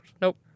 Nope